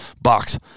box